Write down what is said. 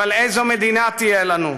אבל איזו מדינה תהיה לנו,